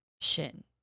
Shin